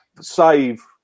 save